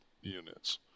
units